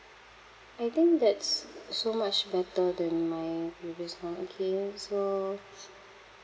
I think that's so much better than my previous one okay ah so